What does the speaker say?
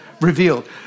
revealed